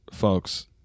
folks